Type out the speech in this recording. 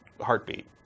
Heartbeat